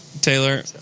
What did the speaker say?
Taylor